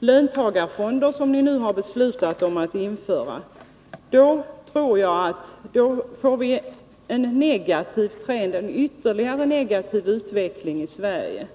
löntagarfonder införs som ni har beslutat om, tror jag att det blir en ytterligare negativ utveckling i Sverige.